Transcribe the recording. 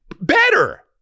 Better